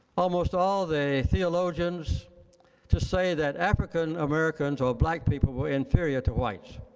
almost all the theologians to say that african-americans or black people were inferior to whites.